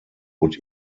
would